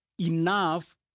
Enough